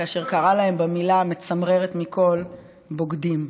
כאשר קרא להם במילה המצמררת מכול: בוגדים.